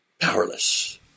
powerless